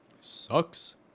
Sucks